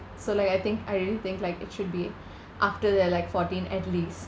so like I think I really think like it should be after they're like fourteen at least